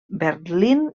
berlín